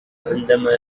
عندما